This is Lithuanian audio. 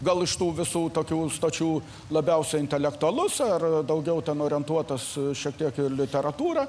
gal iš tų visų tokių stočių labiausiai intelektualus ar daugiau ten orientuotas šiek tiek į literatūrą